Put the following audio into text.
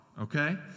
okay